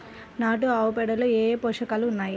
నాటు ఆవుపేడలో ఏ ఏ పోషకాలు ఉన్నాయి?